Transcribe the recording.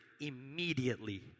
immediately